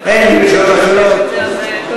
אין נמנעים.